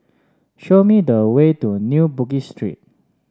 show me the way to New Bugis Street